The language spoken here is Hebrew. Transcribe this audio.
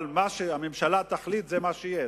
אבל מה שהממשלה תחליט זה מה שיהיה.